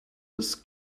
his